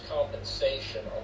Compensation